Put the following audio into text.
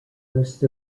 most